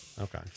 Okay